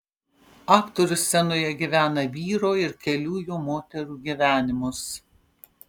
aktorius scenoje gyvena vyro ir kelių jo moterų gyvenimus